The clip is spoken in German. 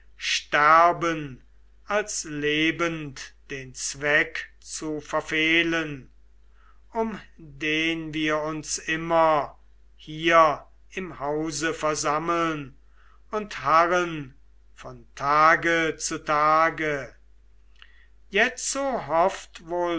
sterben als lebend den zweck zu verfehlen um den wir uns immer hier im hause versammeln und harren von tage zu tage jetzo hofft wohl